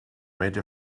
made